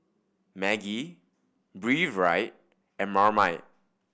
Maggi Breathe Right and Marmite